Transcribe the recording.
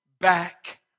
back